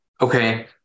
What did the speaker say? Okay